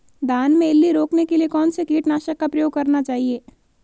धान में इल्ली रोकने के लिए कौनसे कीटनाशक का प्रयोग करना चाहिए?